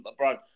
LeBron